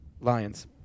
Lions